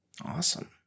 Awesome